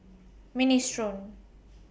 Minestrone